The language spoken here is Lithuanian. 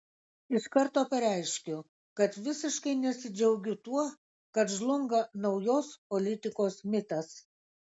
iš karto pareiškiu kad visiškai nesidžiaugiu tuo kad žlunga naujos politikos mitas